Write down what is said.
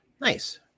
Nice